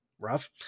rough